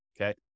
okay